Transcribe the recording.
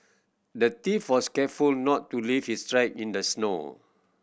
the thief was careful not to leave his track in the snow